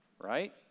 right